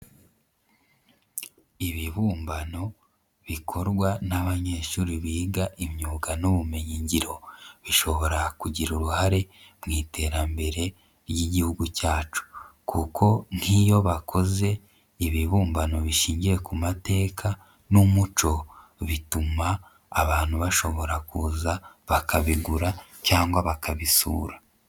Ibibumbano bikorwa n'abanyeshuri biga imyuga n'ubumenyingiro bishobora kugira uruhare mu iterambere ry'Igihugu cyacu kuko nk'iyo bakoze ibibumbano bishingiye ku mateka n'umuco, bituma abantu bashobora kuza bakabigura cyangwa bakabisura.